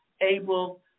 able